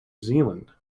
zealand